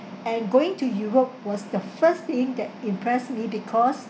and going to europe was the first thing that impressed me because